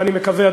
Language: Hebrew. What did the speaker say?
ואני מקווה,